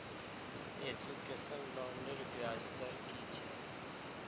Education लोनेर ब्याज दर कि छे?